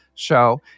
show